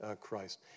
Christ